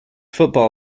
football